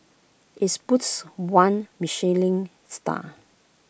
its boasts one Michelin star